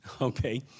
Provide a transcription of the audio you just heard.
Okay